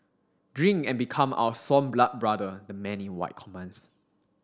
drink and become our sworn blood brother the man in white commands